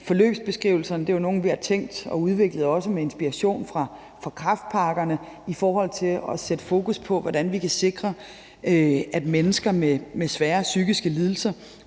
Forløbsbeskrivelserne er jo noget, vi har tænkt og udviklet med inspiration fra kræftpakkerne i forhold til at sætte fokus på, hvordan vi kan sikre, at mennesker med svære psykiske lidelser